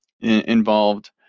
involved